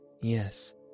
Yes